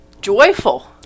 joyful